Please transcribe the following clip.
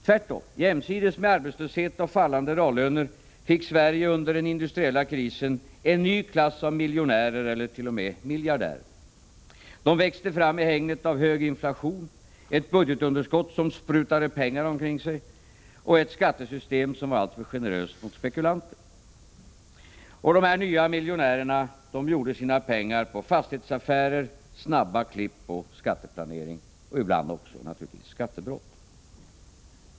Tvärtom, jämsides med arbetslöshet och fallande reallöner fick Sverige under den industriella krisen en ny klass av miljonärer eller t.o.m. miljardärer. De växte fram i hägnet av hög inflation, ett budgetunderskott som sprutade pengar omkring sig och ett skattesystem som var alltför generöst mot spekulanter. De nya miljonärerna skaffade sig sina pengar på fastighetsaffärer, snabba klipp, skatteplanering, och ibland också med hjälp av skattebrott.